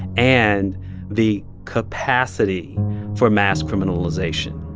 and the capacity for mass criminalization.